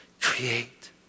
create